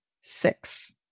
six